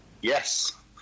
Yes